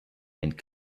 and